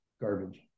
garbage